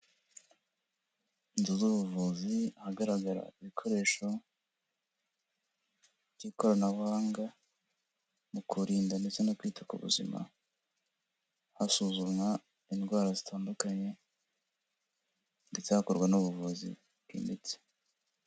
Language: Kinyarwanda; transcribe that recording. Inzu z'ubuvuzi ahagaragara ibikoresho by'ikoranabuhanga mu kurinda ndetse no kwita ku buzima hasuzumwa indwara zitandukanye ndetse hakorwa n'ubuvuzi bwimbitse.